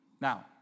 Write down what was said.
Now